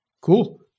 Cool